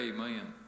Amen